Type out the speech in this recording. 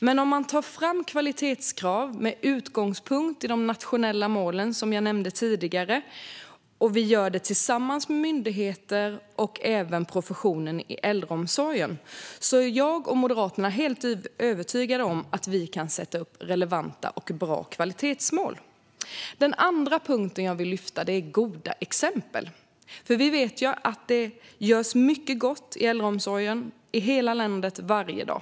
Men om man tar fram kvalitetskrav med utgångspunkt i de nationella målen, som jag nämnde tidigare, och om det görs tillsammans med myndigheter och professionen i äldreomsorgen är jag och Moderaterna helt övertygade om att vi kan sätta upp relevanta och bra kvalitetsmål. Den andra punkten jag vill lyfta är goda exempel. Vi vet att det görs mycket gott i äldreomsorgen i hela landet varje dag.